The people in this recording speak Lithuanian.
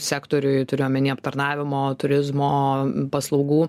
sektoriui turiu omeny aptarnavimo turizmo paslaugų